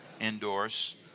endorse